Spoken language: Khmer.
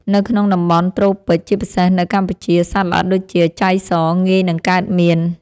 នៅក្នុងតំបន់ត្រូពិច ជាពិសេសនៅកម្ពុជា សត្វល្អិតដូចជា ចៃស ងាយនឹងកើតមាន។